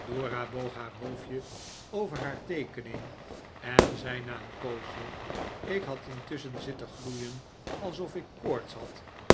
dora boog haar hoofdje over haar teekening en zei na een poosje ik had intusschen zitten gloeien alsof ik koorts had